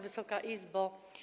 Wysoka Izbo!